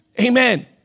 Amen